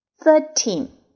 thirteen